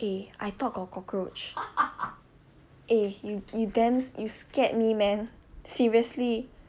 eh I thought got cockroach eh you you damn you scared me man seriously